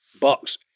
box